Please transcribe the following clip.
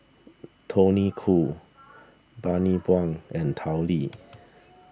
Tony Khoo Bani Buang and Tao Li